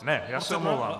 Ne, já se omlouvám.